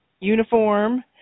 uniform